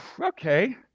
okay